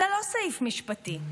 זה לא סעיף משפטי.